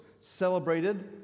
celebrated